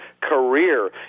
career